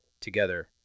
together